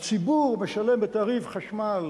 הציבור משלם בתעריף חשמל